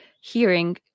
hearing